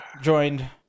joined